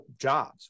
jobs